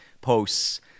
posts